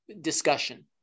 discussion